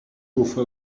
bufa